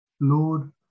Lord